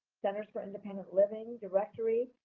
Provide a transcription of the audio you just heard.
centers for independent living directory.